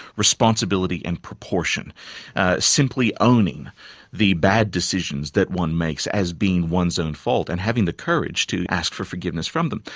responsibility and proportion simply owning the bad decisions that one makes as being one's own fault and having the courage to ask for forgiveness from them.